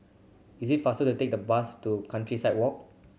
is it faster to take the bus to Countryside Walk